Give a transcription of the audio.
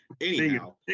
Anyhow